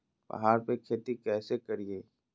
पहाड़ पर खेती कैसे करीये?